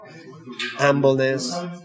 humbleness